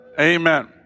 Amen